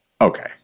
Okay